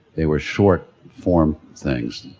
they were short form things,